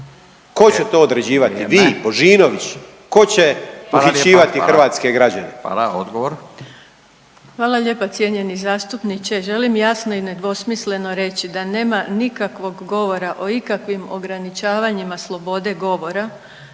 Ko će to određivati, vi, Božinović, ko će uhićivati hrvatske građane?